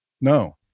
No